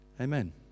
Amen